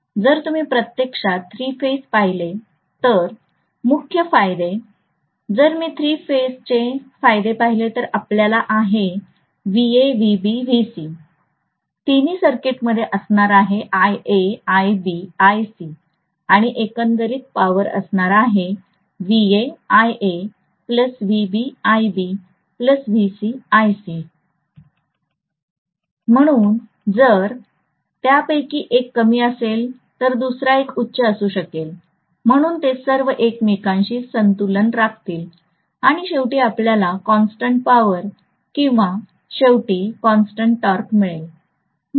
जर तुम्ही प्रत्यक्षात थ्री फेज पाहिले तर मुख्य फायदे जर मी थ्री फेज चे फायदे पाहिले तर आपल्याला आहे तिन्ही सर्किटमध्ये असणार आहे आणि एकंदरीत पॉवर असणार आहे म्हणून जर त्यापैकी एक कमी असेल तर दुसरा एक उच्च असू शकेल म्हणून ते सर्व एकमेकांशी संतुलन राखतील आणि शेवटी आपल्याला कॉन्स्टन्ट पॉवर किंवा शेवटी कॉन्स्टन्ट टॉर्क मिळेल